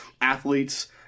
athletes